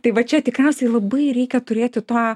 tai va čia tikriausiai labai reikia turėti tą